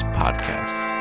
podcasts